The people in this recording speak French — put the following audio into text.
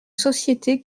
société